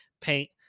paint